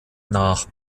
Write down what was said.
nach